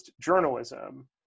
journalism